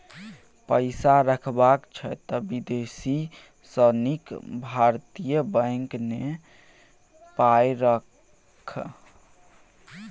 पैसा रखबाक छौ त विदेशी सँ नीक भारतीय बैंक मे पाय राख